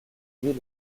minuit